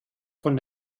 von